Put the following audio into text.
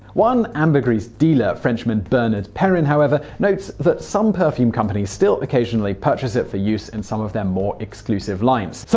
one ambergris dealer, frenchman bernard perrin, however, notes that some perfume companies still occasionally purchase it for use in some of their more exclusive lines. he